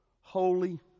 holy